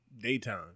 daytime